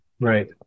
Right